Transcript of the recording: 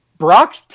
Brock